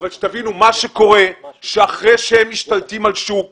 תבינו, מה שקורה זה שאחרי שהם משתלטים על שוק